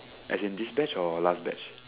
as in this batch or last batch